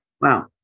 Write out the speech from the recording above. Wow